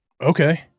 Okay